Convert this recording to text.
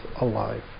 alive